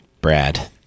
Brad